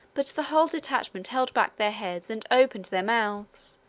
but the whole detachment held back their heads and opened their mouths,